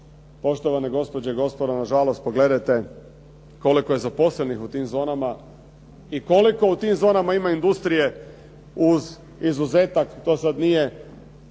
Poštovane gospođe i gospodo nažalost pogledajte koliko je zaposleno u tim zonama i koliko u tim zonama ima industrije uz izuzetak to sada nije